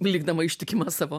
likdama ištikima savo